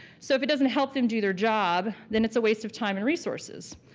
so if it doesn't help them do their job, then it's a waste of time and resources.